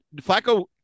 Flacco